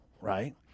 Right